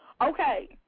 Okay